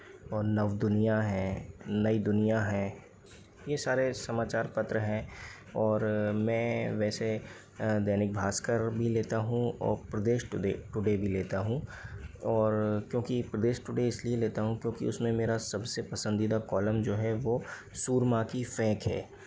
और नवदुनिया है नई दुनिया है ये सारे समाचार पत्र हैं और मैं वैसे दैनिक भास्कर भी लेता हूँ और प्रदेश टुडे टुडे भी लेता हूँ और क्योंकि प्रदेश टुडे इसलिए लेता हूँ क्योंकि उसमें मेरा सबसे पसंदीदा कॉलम जो हैं वो सुरमा की फेंक हैं